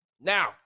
Now